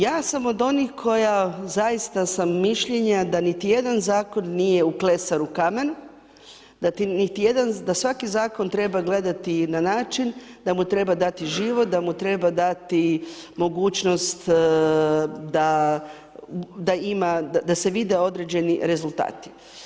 Ja sam od onih koja zaista sam mišljenja da niti jedan zakon nije uklesan u kamen, da svaki zakon treba gledati na način da mu treba dati život, da mu treba dati mogućnost da ima, da se vide određeni rezultati.